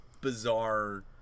bizarre